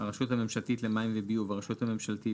"הרשות הממשלתית למים ולביוב" הרשות הממשלתית